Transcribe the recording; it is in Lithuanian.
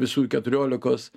visų keturiolikos